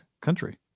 country